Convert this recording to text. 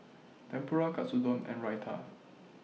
Tempura Katsudon and Raita